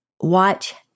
watch